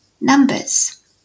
numbers